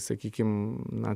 sakykim na